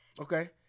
Okay